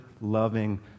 loving